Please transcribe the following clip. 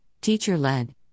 teacher-led